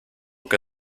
que